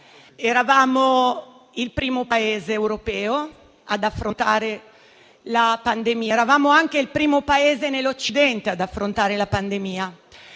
eravamo il primo Paese europeo ad affrontare la pandemia; eravamo anche il primo Paese in Occidente ad affrontarla.